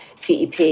TEP